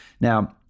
Now